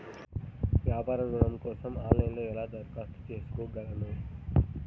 వ్యాపార ఋణం కోసం ఆన్లైన్లో ఎలా దరఖాస్తు చేసుకోగలను?